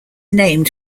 named